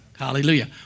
Hallelujah